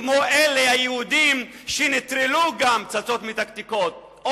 כמו אלה היהודים שנטרלו פצצות מתקתקות או